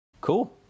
Cool